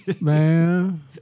man